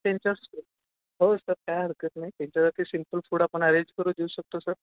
त्यांच्या हो सर काय हरकत नाही त्यांच्यासाठी सिम्पल फूड आपण अरेंज करू देऊ शकतो सर